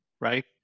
right